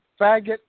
faggot